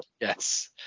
Yes